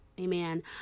amen